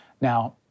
Now